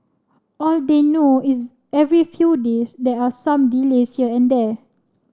all they know is every few days there are some delays here and there